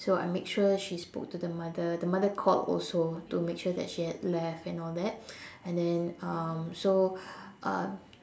so I make sure she spoke to the mother the mother called also to make sure that she had left and all that and then um so um